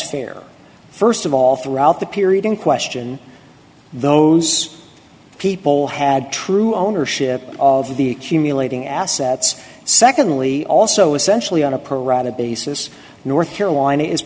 fair first of all throughout the period in question those people had true ownership of the cumulating assets secondly also essentially on a pro rata basis north carolina is